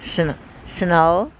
ਸਣ ਸੁਣਾਓ